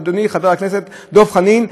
אדוני חבר הכנסת דב חנין,